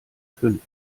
fünf